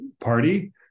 party